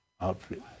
outfit